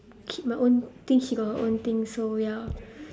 keep my own thing she got her own thing so ya